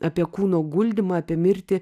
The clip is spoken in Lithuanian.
apie kūno guldymą apie mirtį